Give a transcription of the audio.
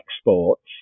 exports